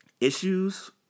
issues